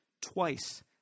twice